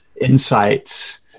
insights